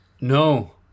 No